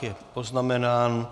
Je poznamenán.